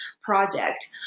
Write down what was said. project